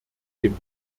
dem